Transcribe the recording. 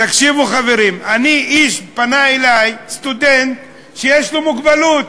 תקשיבו, חברים, פנה אלי סטודנט שיש לו מוגבלות.